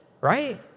Right